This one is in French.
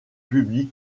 public